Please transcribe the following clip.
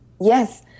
Yes